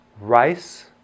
Rice